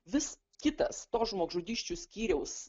vis kitas to žmogžudysčių skyriaus